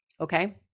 Okay